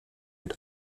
mit